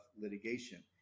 litigation